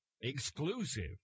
exclusive